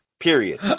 Period